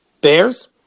Bears